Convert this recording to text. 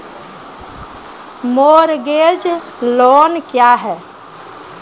Mortgage loan क्या है?